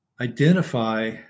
identify